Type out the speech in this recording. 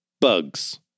bugs